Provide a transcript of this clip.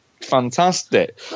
fantastic